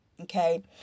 okay